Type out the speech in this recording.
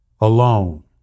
alone